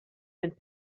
and